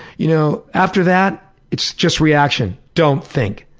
you know after that it's just reaction. don't think.